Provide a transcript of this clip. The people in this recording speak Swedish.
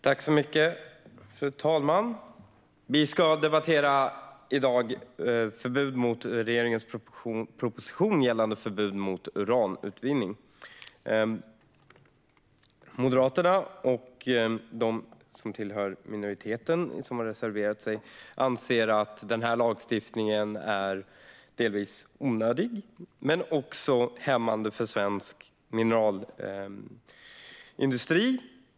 Fru talman! Vi ska i dag debattera regeringens proposition om förbud mot uranutvinning. Moderaterna och de som tillhör den minoritet som har reserverat sig anser att denna lagstiftning är onödig och hämmande för svensk mineralindustri.